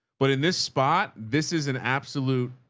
but in this spot, this is an absolute,